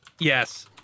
Yes